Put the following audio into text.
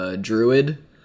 druid